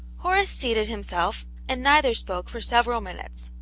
horace seated himself, and neither spoke for several minutes.